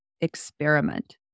experiment